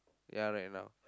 ya right now